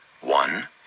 One